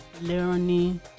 learning